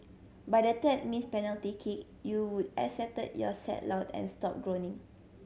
by the third missed penalty kick you would accepted your sad lot and stopped groaning